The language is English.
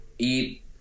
eat